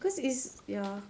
because it's ya